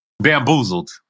bamboozled